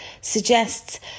suggests